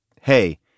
hey